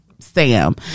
Sam